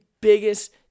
biggest